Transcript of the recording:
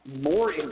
more